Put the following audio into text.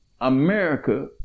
America